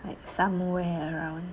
like somewhere around